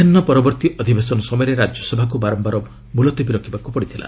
ମଧ୍ୟାହ୍ ପରବର୍ତ୍ତୀ ଅଧିବେଶନ ସମୟରେ ରାଜ୍ୟସଭାକୁ ବାରମ୍ଭାର ମୁଲତବୀ ରଖିବାକୁ ପଡ଼ିଥିଲା